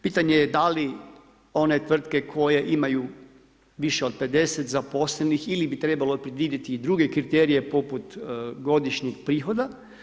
Pitanje je da li one tvrtke koje imaju više od 50 zaposlenih ili bi trebalo predvidjeti i druge kriterije poput godišnjih prihoda.